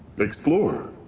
explorer!